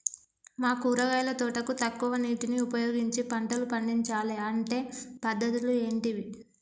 మా కూరగాయల తోటకు తక్కువ నీటిని ఉపయోగించి పంటలు పండించాలే అంటే పద్ధతులు ఏంటివి?